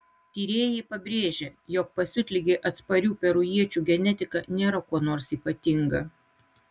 tyrėjai pabrėžia jog pasiutligei atsparių perujiečių genetika nėra kuo nors ypatinga